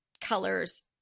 colors